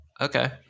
Okay